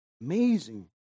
Amazing